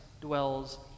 dwells